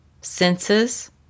senses